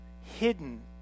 hidden